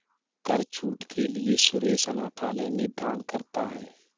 कर छूट के लिए सुरेश अनाथालय में दान करता है